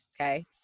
okay